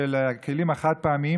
של הכלים החד-פעמיים.